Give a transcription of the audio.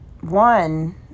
one